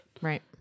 Right